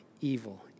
evil